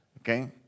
Okay